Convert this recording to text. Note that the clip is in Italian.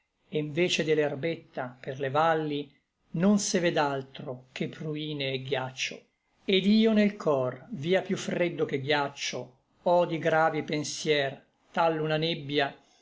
e n vece de l'erbetta per le valli non se ved'altro che pruine et ghiaccio et io nel cor via piú freddo che ghiaccio ò di gravi pensier tal una nebbia